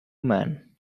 man